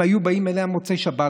אם היו באים אליה במוצאי שבת,